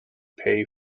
pay